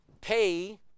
pay